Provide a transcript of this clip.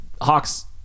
Hawks